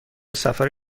سفر